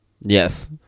Yes